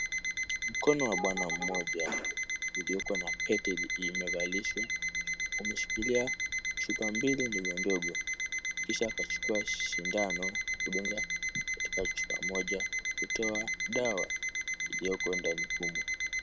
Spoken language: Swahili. Mkono wa bwana mmoja ulioko na pete imevalishwa. Ameshikilia chupa mbili ndogo ndogo, kisha akachukua sindano kudunga katika chupa moja kutoa dawa iliyoko ndani humo.